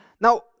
Now